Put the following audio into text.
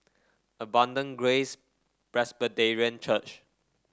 Abundant Grace Presbyterian Church